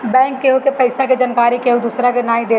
bank केहु के पईसा के जानकरी केहू दूसरा के नाई देत हवे